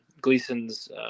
gleason's